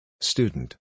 Student